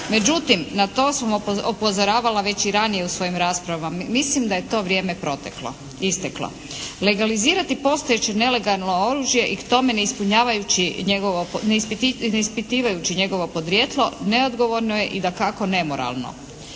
Međutim, na to sam upozoravala već i ranije u svojim raspravama. Mislim da je to vrijeme proteklo, isteklo. Legalizirati postojeće nelegalno oružje i k tome ne ispunjavajući njegovo, ne ispitivajući njegovo podrijetlo neodgovorno je i dakako nemoralno.